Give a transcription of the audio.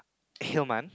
hillman